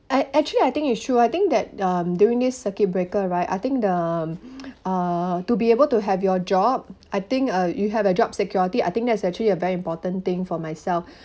I actually I think it's true I think that um the during this circuit breaker right I think the uh to be able to have your job I think uh you have a job security I think that's actually a very important thing for myself